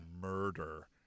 murder